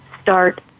start